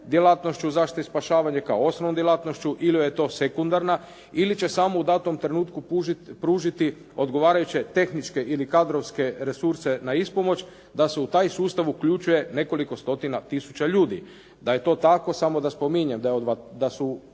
djelatnošću zaštite i spašavanja i kao osnovnom djelatnošću ili joj je to sekundarna, ili će samo u datom trenutku pružiti odgovarajuće tehničke ili kadrovske resurse na ispomoć da se u taj sustav uključuje nekoliko stotina tisuća ljudi. Da je to tako, samo da spominjem da su